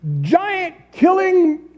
giant-killing